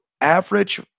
average